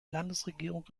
landesregierung